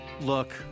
look